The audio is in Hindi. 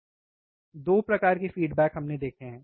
2 प्रकार की फ़ीडबैक हमने देखी है सही